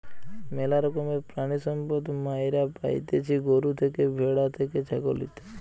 ম্যালা রকমের প্রাণিসম্পদ মাইরা পাইতেছি গরু থেকে, ভ্যাড়া থেকে, ছাগল ইত্যাদি